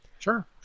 Sure